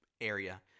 area